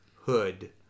Hood